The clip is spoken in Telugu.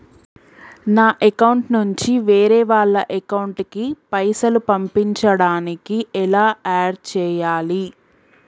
నా అకౌంట్ నుంచి వేరే వాళ్ల అకౌంట్ కి పైసలు పంపించడానికి ఎలా ఆడ్ చేయాలి?